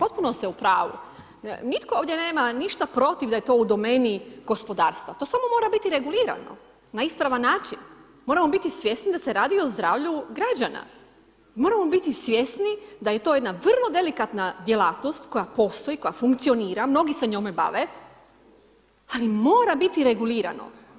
Ma potpuno ste u pravu, nitko ovdje nema ništa protiv da je to u domeni gospodarstva, to samo mora biti regulirano na ispravan način, moramo biti svjesni da se radi o zdravlju građana i moramo biti svjesni da je to jedna vrlo delikatna djelatnost koja postoji, koja funkcionira, mnogi se njome bave ali mora biti regulirano.